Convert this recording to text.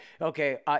okay